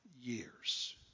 years